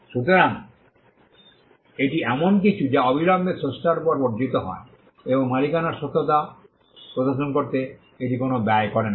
সুতরাং এটি এমন কিছু যা অবিলম্বে স্রষ্টার উপর অর্জিত হয় এবং মালিকানার সত্যতা প্রদর্শন করতে এটি কোনও ব্যয় করে না